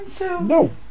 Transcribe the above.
No